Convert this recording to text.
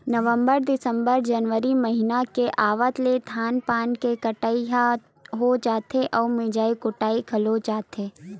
नवंबर, दिंसबर, जनवरी महिना के आवत ले धान पान के कटई ह हो जाथे अउ मिंजा कुटा घलोक जाथे